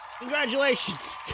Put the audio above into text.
Congratulations